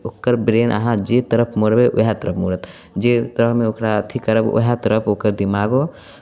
ओकर ब्रेन अहाँ जे तरफ मोड़बै उएह तरफ मुड़त जे तरहमे ओकरा अथि करब उएह तरफ ओकर दिमागो